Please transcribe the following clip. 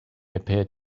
appeared